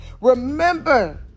Remember